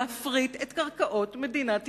להפריט את קרקעות מדינת ישראל.